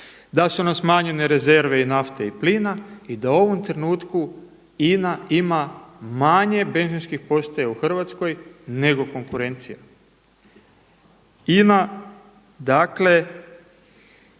da su nam smanjenje rezerve i nafte i plina i da u ovom trenutku INA ima manje benzinskih postaja u Hrvatskoj nego konkurencija. INA je